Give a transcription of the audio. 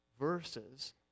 verses